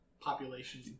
population